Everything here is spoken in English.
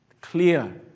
Clear